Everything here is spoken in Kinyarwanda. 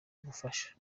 gufasha